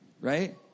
right